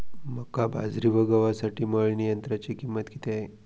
मका, बाजरी व गव्हासाठी मळणी यंत्राची किंमत किती आहे?